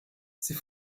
sie